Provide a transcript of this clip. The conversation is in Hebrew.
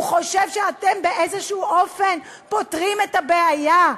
הוא חושב שאתם באיזה אופן פותרים את הבעיה,